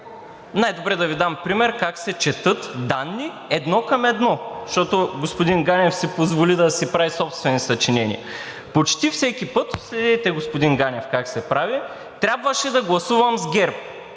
Най-добре е да Ви дам пример как се четат данни едно към едно, защото господин Ганев си позволи да си прави собствени съчинения: „Почти всеки път – следете, господин Ганев, как се прави – трябваше да гласувам с ГЕРБ,